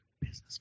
Business